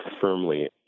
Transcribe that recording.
firmly